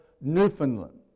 Newfoundland